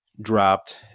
dropped